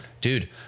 dude